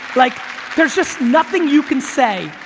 like there's just nothing you can say,